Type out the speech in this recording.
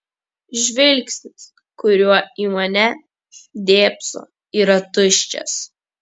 žvilgsnis kuriuo į mane dėbso yra tuščias